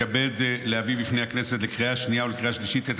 לקריאה השנייה והשלישית.